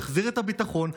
להחזיר את הביטחון,